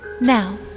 Now